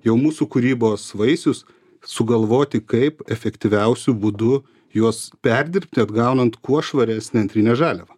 jau mūsų kūrybos vaisius sugalvoti kaip efektyviausiu būdu juos perdirbti atgaunant kuo švaresnę antrinę žaliavą